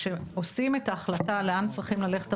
כשעושים את ההחלטה לאן צריכים ללכת המכשירים,